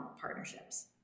partnerships